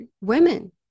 women